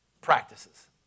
practices